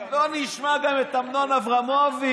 לא נשמע גם את אמנון אברמוביץ'.